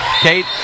Kate